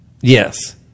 Yes